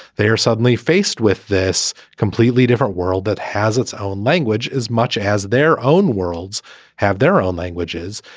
they are suddenly faced with this completely different different world that has its own language as much as their own worlds have their own languages.